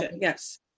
Yes